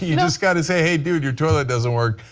you know just gotta say hey dude, your toilet doesn't work.